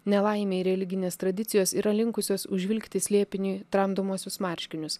nelaimei religinės tradicijos yra linkusios užvilkti slėpiniui tramdomuosius marškinius